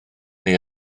neu